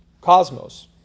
cosmos